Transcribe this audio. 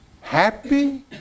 happy